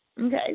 Okay